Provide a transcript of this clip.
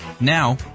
Now